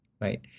right